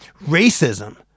Racism